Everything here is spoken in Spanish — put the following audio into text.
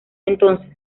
entonces